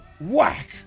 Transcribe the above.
Whack